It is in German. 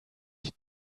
die